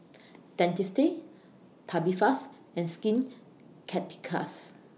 Dentiste Tubifast and Skin Ceuticals